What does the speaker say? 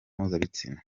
mpuzabitsina